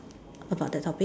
about the topic